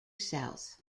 south